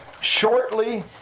shortly